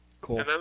cool